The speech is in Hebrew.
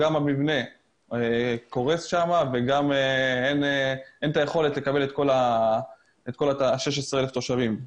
גם המבנה קורס וגם אין את היכולת לקבל את כל 16,000 התושבים.